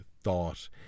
thought